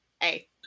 Hey